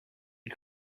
had